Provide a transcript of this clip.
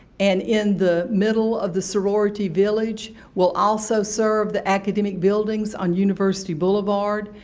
and in the middle of the sorority village, will also serve the academic buildings on university boulevard,